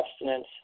abstinence